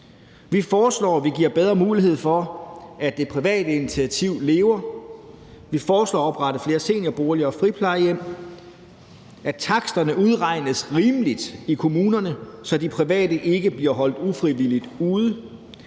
Vi foreslår, at vi giver bedre mulighed for, at det private initiativ lever, vi foreslår at oprette flere seniorboliger og friplejehjem, at taksterne udregnes rimeligt i kommunerne, så de private ikke bliver holdt ufrivilligt ude.